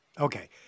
Okay